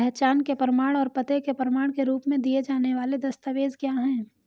पहचान के प्रमाण और पते के प्रमाण के रूप में दिए जाने वाले दस्तावेज क्या हैं?